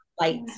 light